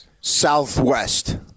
Southwest